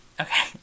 Okay